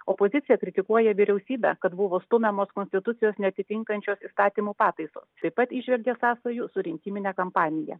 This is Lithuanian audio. opozicija kritikuoja vyriausybę kad buvo stumiamas konstitucijos neatitinkančios įstatymo pataisos taip pat įžvelgia sąsajų su rinkimine kampanija